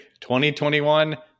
2021